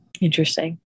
Interesting